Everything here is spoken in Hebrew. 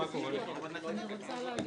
חברת הכנסת בוקר, רצית להגיד